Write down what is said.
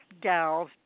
gal's